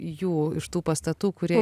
jų iš tų pastatų kurie